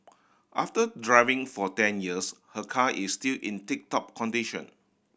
after driving for ten years her car is still in tip top condition